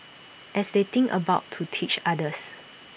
as they think about to teach others